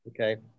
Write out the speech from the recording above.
Okay